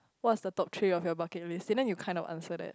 what is the top three of your bucket list didn't you kind of answer that